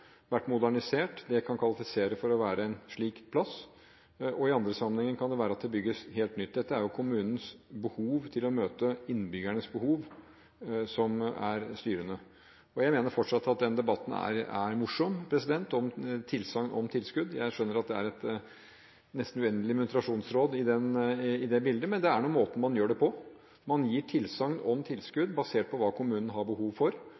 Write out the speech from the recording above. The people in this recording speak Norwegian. vært to rom – bli modernisert. Det kan kvalifisere til å være en slik plass. I andre sammenhenger kan det være at det bygges helt nytt. Det kommunene har behov for når det gjelder innbyggernes behov, er det som er styrende. Jeg mener fortsatt at den debatten er morsom – tilsvarende om tilskudd. Jeg skjønner at det nesten er et uendelig muntrasjonsråd i det bildet, men det er måten man gjør det på. Man gir tilsagn om tilskudd basert på hva kommunen har behov for,